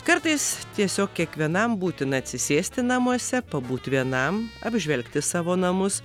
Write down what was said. kartais tiesiog kiekvienam būtina atsisėsti namuose pabūt vienam apžvelgti savo namus